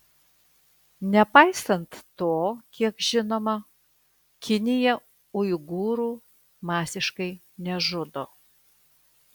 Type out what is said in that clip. nepaisant to kiek žinoma kinija uigūrų masiškai nežudo